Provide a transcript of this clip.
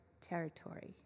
territory